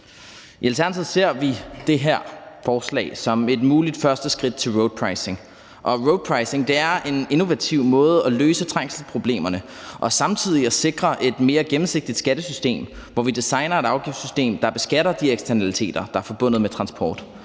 I Alternativet ser vi det her forslag som et muligt første skridt til roadpricing. Og roadpricing er en innovativ måde at løse trængselsproblemerne på og samtidig sikre et mere gennemsigtigt skattesystem, hvor vi designer et afgiftssystem, der beskatter de eksternaliteter, der er forbundet med transport,